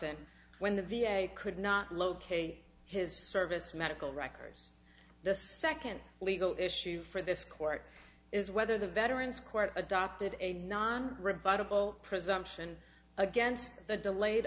and when the v a could not locate his service medical records the second legal issue for this court is whether the veterans court adopted a non rebuttable presumption against the delayed